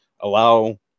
allow